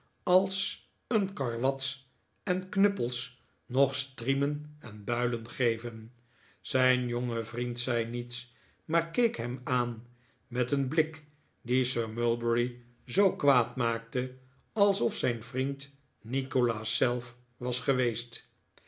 als een karwats en knuppels nog striemen en builen geven zijn jonge vriend zei niets maar keek hem aan met een blik die sir mulberry zoo kwaad maakte alsof zijn vriend nikolaas zelf was geweest